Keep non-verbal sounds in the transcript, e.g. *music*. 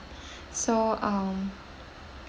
*breath* so um